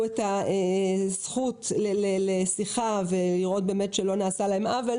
את הזכות לשיחה ולראות שלא נעשה להם עוול.